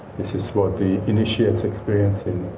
this is what the initiates experience in